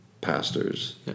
pastors